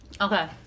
Okay